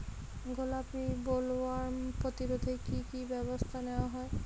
গোলাপী বোলওয়ার্ম প্রতিরোধে কী কী ব্যবস্থা নেওয়া হয়?